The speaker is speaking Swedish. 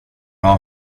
har